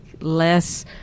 less